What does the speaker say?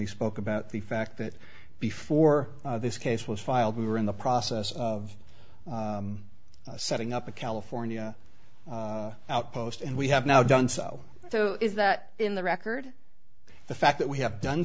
he spoke about the fact that before this case was filed we were in the process of setting up a california outpost and we have now done so so is that in the record the fact that we have done